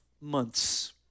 months